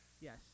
Yes